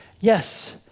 yes